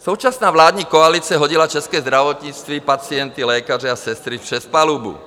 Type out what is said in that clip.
Současná vládní koalice hodila české zdravotnictví, pacienty, lékaře a sestry přes palubu.